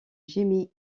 jimmy